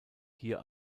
hier